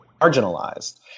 marginalized